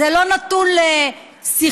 זה לא נתון לשיחות,